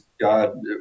God